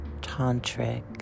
tantric